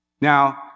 Now